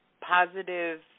positive